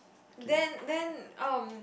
then then um